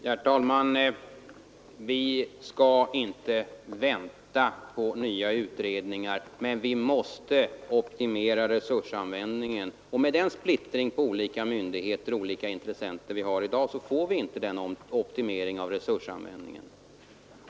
Herr talman! Vi skall inte vänta på nya utredningar, men vi måste optimera resursanvändningen, och med den splittring på olika myndigheter och intressenter vi har i dag får vi inte den optimeringen av resursanvändningen.